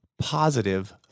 positive